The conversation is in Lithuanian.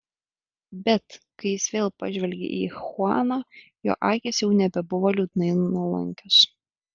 bet kai jis vėl pažvelgė į chuaną jo akys jau nebebuvo liūdnai nuolankios